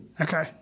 Okay